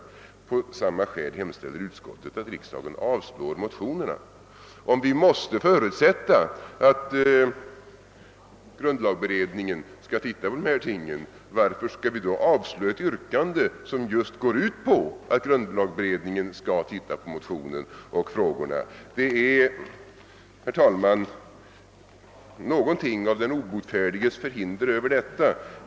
På samma skäl hemställer utskottet att riksdagen avslår motionerna. Om vi måste förutsätta att grundlagberedningen skall granska dessa ting, varför skall vi då avslå ett yrkande, som just går ut på att grundlagberedningen skall titta på motionen och frågorna? Det är, herr talman, någonting av den obotfärdiges förhinder över detta.